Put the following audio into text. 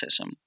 autism